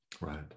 Right